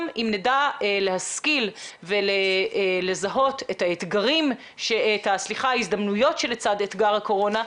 אם נדע להשכיל ולזהות את ההזדמנויות שלצד אתגר הקורונה,